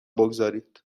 بگذارید